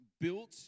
built